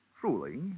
truly